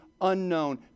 unknown